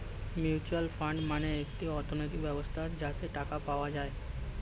mutual fund মানে একটি অর্থনৈতিক ব্যবস্থা যাতে টাকা পাওয়া যায়